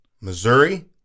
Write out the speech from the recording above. Missouri